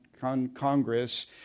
Congress